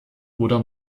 oder